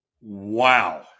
wow